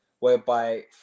whereby